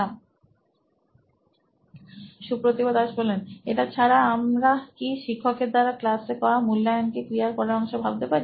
Supratibh Das C T O নোইন electronics এটা ছাড়া আমরা কি শিক্ষক এর দ্বারা ক্লাসে করা মূল্যায়ন কে ক্রিয়ার পরের অংশে ভাবতে পারি